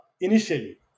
initially